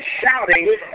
shouting